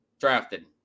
drafted